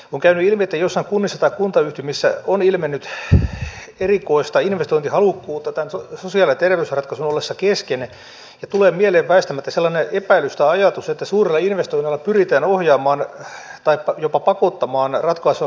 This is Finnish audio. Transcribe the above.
on käynyt ilmi että joissain kunnissa tai kuntayhtymissä on ilmennyt erikoista investointihalukkuutta tämän sosiaali ja terveysratkaisun ollessa kesken ja tulee mieleen väistämättä sellainen epäilys tai ajatus että suurilla investoinneilla pyritään ohjaamaan tai jopa pakottamaan ratkaisua koskevaa päätöksentekoa